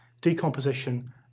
decomposition